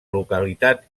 localitat